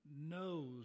knows